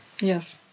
yes